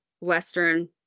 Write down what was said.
Western